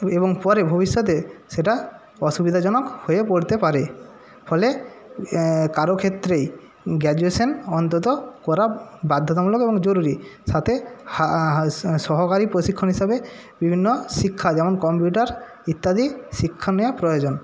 এবং পরে ভবিষ্যতে সেটা অসুবিধাজনক হয়ে পড়তে পারে ফলে কারও ক্ষেত্রেই গ্র্যাজুয়েশান অন্তত করা বাধ্যতামূলক এবং জরুরি সাথে হাল সহকারী প্রশিক্ষণ হিসাবে বিভিন্ন শিক্ষা যেমন কম্পিউটার ইত্যাদি শিক্ষা নেওয়া প্রয়োজন